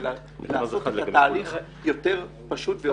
בתהליף פשוט יותר.